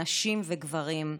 נשים וגברים,